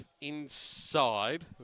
inside